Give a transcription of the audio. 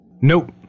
nope